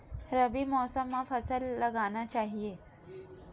रबी मौसम म का फसल लगाना चहिए?